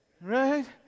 Right